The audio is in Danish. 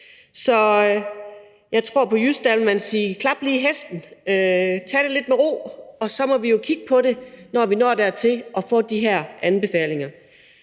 Så jeg tror, at man på jysk ville sige klap lige hesten, tag den lidt med ro, og så må vi jo kigge på det, når vi når dertil at få de her anbefalinger.